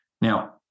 Now